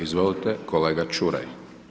Izvolite kolega Čuraj.